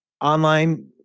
online